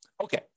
Okay